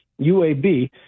UAB